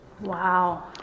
Wow